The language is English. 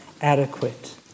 adequate